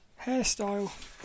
hairstyle